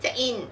check in